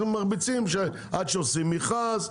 עד שעושים מכרז,